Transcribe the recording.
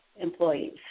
employees